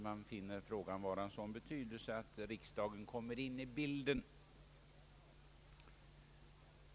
Han finner dock frågan vara av sådan betydelse att riksdagen kommer in i bilden.